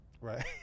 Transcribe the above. right